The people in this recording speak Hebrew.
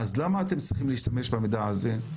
למה אתם צריכים להשתמש במידע הזה?